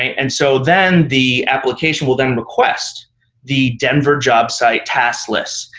and so then the application will then request the denver job site task list.